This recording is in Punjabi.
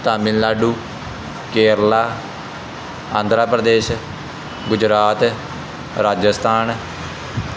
ਤਾਮਿਲਨਾਡੂ ਕੇਰਲਾ ਆਂਧਰਾ ਪ੍ਰਦੇਸ਼ ਗੁਜਰਾਤ ਰਾਜਸਥਾਨ